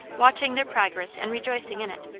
watching their progress and rejoicing in it.